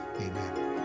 amen